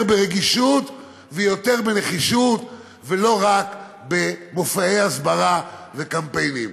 ברגישות ויותר בנחישות ולא רק במופעי הסברה וקמפיינים.